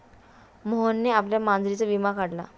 मोहनने आपल्या मांजरीचा विमा काढला